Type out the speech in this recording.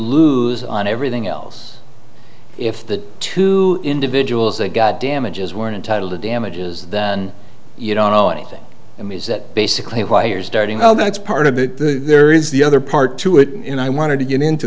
lose on everything else if the two individuals that got damages were entitled to damages then you don't owe anything it means that basically wires starting all that's part of it there is the other part to it and i wanted to get into